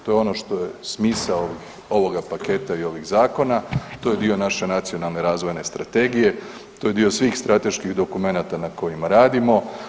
To je ono što je smisao ovoga paketa i ovoga zakona, to je dio naše Nacionalne razvojne strategije, to je dio svih strateških dokumenata na kojima radimo.